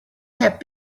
have